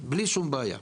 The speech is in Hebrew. בלי שום בעיה.